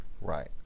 Right